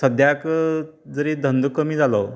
सद्याक जरी धंदो कमी जालो